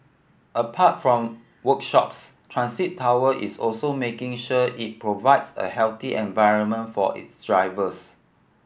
apart from workshops Transit Tower is also making sure it provides a healthy environment for its drivers